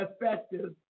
effective